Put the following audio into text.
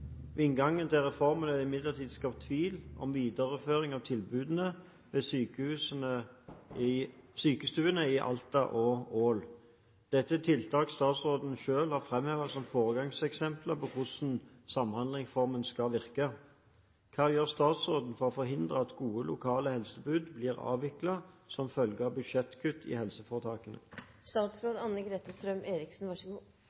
reformen er det imidlertid skapt tvil om videreføring av tilbudene ved sykestuene i Alta og Ål. Dette er tiltak statsråden selv har fremhevet som foregangseksempler på hvordan Samhandlingsreformen skal virke. Hva gjør statsråden for å forhindre at gode lokale helsetilbud blir avviklet som følge av budsjettkutt i helseforetakene?»